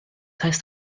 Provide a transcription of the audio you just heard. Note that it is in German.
heißt